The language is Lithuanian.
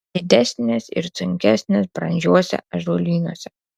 didesnės ir sunkesnės brandžiuose ąžuolynuose